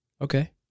Okay